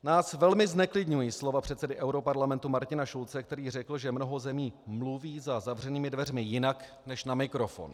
Nás velmi zneklidňují slova předsedy europarlamentu Martina Schulze, který řekl, že mnoho zemí mluví za zavřenými dveřmi jinak než na mikrofon.